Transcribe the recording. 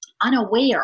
unaware